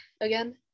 again